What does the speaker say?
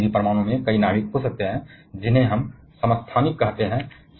लेकिन किसी भी परमाणु में कई नाभिक हो सकते हैं जिन्हें हम आइसोटोप कहते हैं